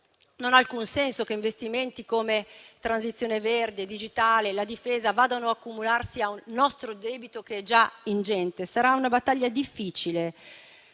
Non ha alcun senso che investimenti come quelli sulla transizione verde e digitale o sulla difesa vadano ad accumularsi al nostro debito, che è già ingente. Sarà una battaglia difficile,